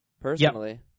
personally